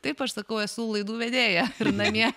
taip aš sakau esu laidų vedėja ir namie